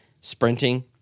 sprinting